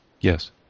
Yes